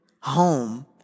home